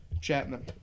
Chapman